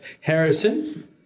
Harrison